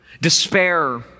despair